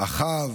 אחיו,